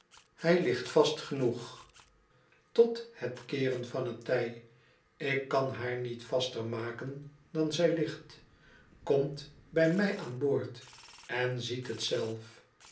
izij ligt vast genoeg tot het keeren van het tij ik kan haar niet vaster maken dan zij ligt komt bij mij aan boord en ziet het zelf